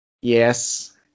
Yes